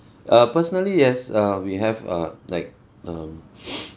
uh personally yes uh we have a like um